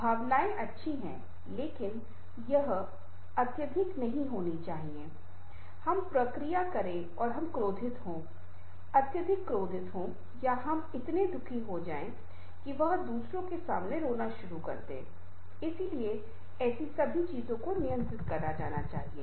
भावनाएं अच्छी हैं लेकिन यह अत्यधिक नहीं होनी चाहिए कि हम प्रतिक्रिया करें और हम क्रोधित हों अत्यधिक क्रोधित हों या हम इतने दुखी हो जाएं कि वह दूसरों के सामने रोना शुरू कर दें इसलिए ऐसी सभी चीजों को नियंत्रित किया जाना चाहिए